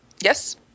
Yes